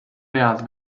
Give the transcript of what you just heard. vead